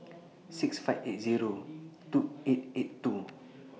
six five eight Zero two eight eight two